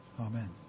Amen